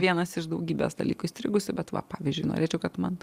vienas iš daugybės dalykų įstrigusių bet va pavyzdžiui norėčiau kad man